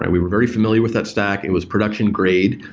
and we're we're very familiar with that stack. it was production grade.